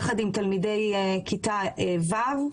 יחד עם תלמידי כיתה ו',